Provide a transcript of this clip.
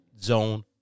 zone